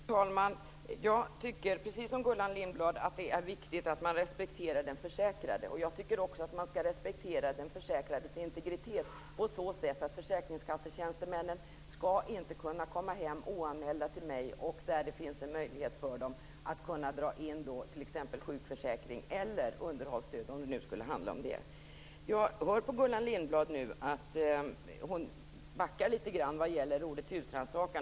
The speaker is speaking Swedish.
Fru talman! Jag tycker precis om Gullan Lindblad att det är viktigt att man respekterar den försäkrade. Jag tycker också att man skall respektera den försäkrades integritet på så sätt att försäkringstjänstemännen inte skall kunna komma hem oanmälda till mig och då ha en möjlighet att dra in t.ex. sjukförsäkring eller underhållsstöd, om det nu skulle handla om det. Jag hör på Gullan Lindblad att hon backar litet grand vad gäller ordet husrannsakan.